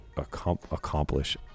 Accomplish